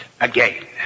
again